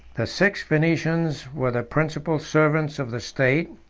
the six venetians were the principal servants of the state,